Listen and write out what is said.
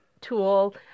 tool